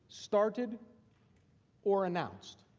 started or announced.